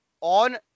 on